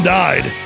died